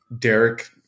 Derek